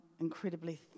incredibly